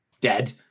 dead